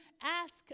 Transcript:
ask